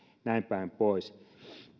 näin päin pois